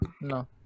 No